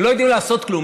הם לא יודעים לעשות כלום,